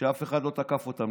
כשאף אחד לא תקף אותם.